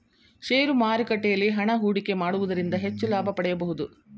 share ಮಾರುಕಟ್ಟೆಯಲ್ಲಿ ಹಣ ಹೂಡಿಕೆ ಮಾಡುವುದರಿಂದ ಹೆಚ್ಚು ಲಾಭ ಪಡೆಯಬಹುದು